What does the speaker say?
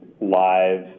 live